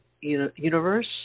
Universe